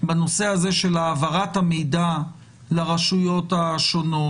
בנושא הזה של העברת המידע לרשויות השונות,